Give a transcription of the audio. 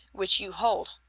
which you hold.